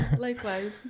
Likewise